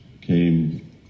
came